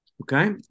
Okay